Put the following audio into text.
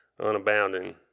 unabounding